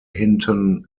hinton